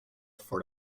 for